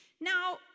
Now